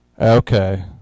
Okay